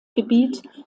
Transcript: gebiet